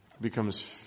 becomes